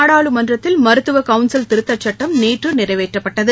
நாடாளுமன்றத்தில் மருத்துவ கவுன்சில் திருத்தச் சட்டம் நேற்று நிறைவேற்றப்பட்டது